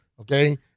Okay